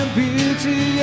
beauty